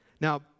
Now